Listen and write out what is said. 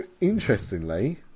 interestingly